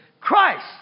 Christ